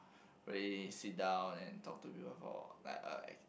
really sit down and talk to people for like a